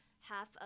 half